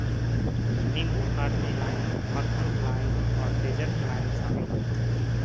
नींबू फारसी लाइम, मकरुत लाइम और डेजर्ट लाइम शामिल हइ